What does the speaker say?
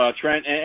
Trent